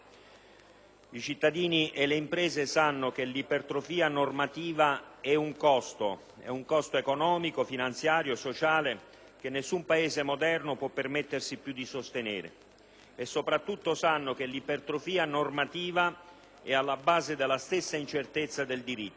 I cittadini e le imprese sanno che l'ipertrofia normativa è un costo economico, finanziario, sociale che nessun Paese moderno può permettersi più di sostenere e sopratutto sanno che l'ipertrofia normativa è alla base della stessa incertezza del diritto.